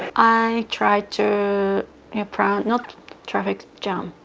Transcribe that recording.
i try to plan, not traffic jam,